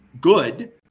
good